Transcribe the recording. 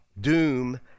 doom